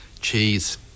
cheese